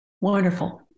Wonderful